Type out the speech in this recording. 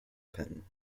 pen